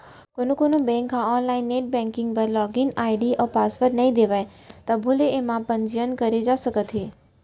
कोनो कोनो बेंक ह आनलाइन नेट बेंकिंग बर लागिन आईडी अउ पासवर्ड नइ देवय तभो ले एमा पंजीयन करे जा सकत हे